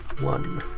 one.